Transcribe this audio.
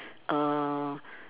uh